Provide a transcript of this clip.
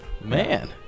man